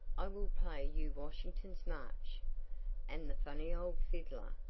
i will play you washington's march and the funny old fiddler,